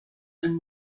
and